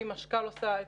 ואם משכ"ל עושה ---.